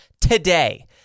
today